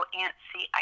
antsy